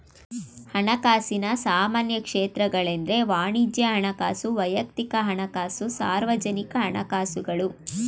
ಹಣಕಾಸಿನ ಸಾಮಾನ್ಯ ಕ್ಷೇತ್ರಗಳೆಂದ್ರೆ ವಾಣಿಜ್ಯ ಹಣಕಾಸು, ವೈಯಕ್ತಿಕ ಹಣಕಾಸು, ಸಾರ್ವಜನಿಕ ಹಣಕಾಸುಗಳು